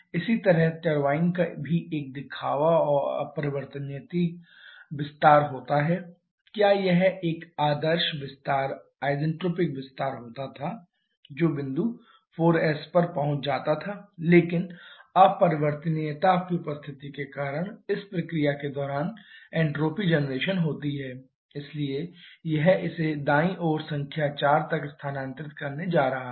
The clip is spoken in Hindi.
इसी तरह टरबाइन का भी एक दिखावा और अपरिवर्तनीय विस्तार होता है क्या यह एक आदर्श विस्तार आइसेंट्रोपिक विस्तार होता था जो बिंदु 4s पर पहुंच जाता था लेकिन अपरिवर्तनीयता की उपस्थिति के कारण इस प्रक्रिया के दौरान एन्ट्रापी जनरेशन होती है इसलिए यह इसे दाईं ओर संख्या 4 तक स्थानांतरित करने जा रहा है